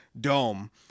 Dome